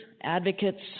advocates